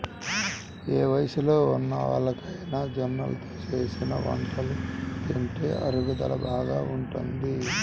ఏ వయస్సులో ఉన్నోల్లకైనా జొన్నలతో చేసిన వంటలు తింటే అరుగుదల బాగా ఉంటది